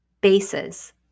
Bases